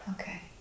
Okay